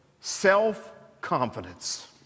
self-confidence